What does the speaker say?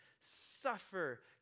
suffer